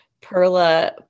Perla